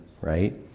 right